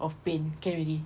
of paint can already